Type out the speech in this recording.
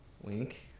Wink